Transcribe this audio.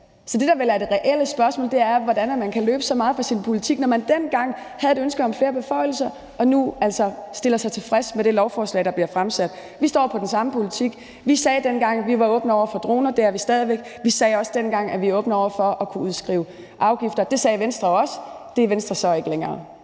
Så det, der vel er det reelle spørgsmål, er, hvordan man kan løbe så meget fra sin politik, når man dengang havde et ønske om flere beføjelser og nu altså stiller sig tilfreds med det lovforslag, der er blevet fremsat. Vi står på den samme politik. Vi sagde dengang, at vi var åbne over for droner. Det er vi stadig væk. Vi sagde også dengang, at vi var åbne over for at kunne udskrive afgifter, og det sagde Venstre også at de var. Det er Venstre så ikke længere.